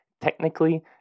technically